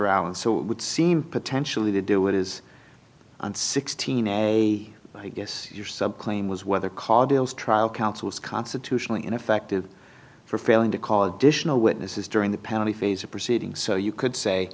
around so it would seem potentially to do what is on sixteen a i guess your sub claim was whether call deals trial counsel is constitutionally ineffective for failing to call additional witnesses during the penalty phase of proceeding so you could say